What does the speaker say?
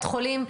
בית חולים,